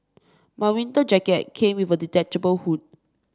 my winter jacket came with a detachable hood